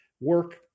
work